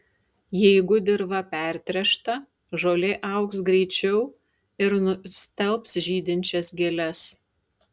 jeigu dirva pertręšta žolė augs greičiau ir nustelbs žydinčias gėles